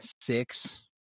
six